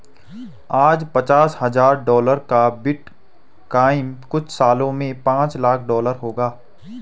आज पचास हजार डॉलर का बिटकॉइन कुछ सालों में पांच लाख डॉलर का होगा